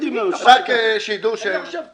מתאים לנו שיישאר ככה.